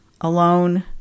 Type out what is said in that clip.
alone